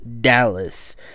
Dallas